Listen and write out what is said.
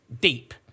deep